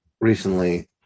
recently